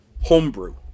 homebrew